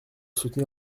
soutenir